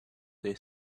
they